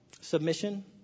Submission